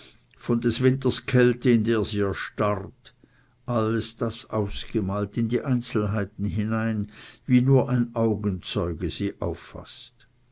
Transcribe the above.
von des winters kälte in der sie erstarrt alles das ausgemalt in die einzelheiten hinein wie nur ein augenzeuge sie auffaßt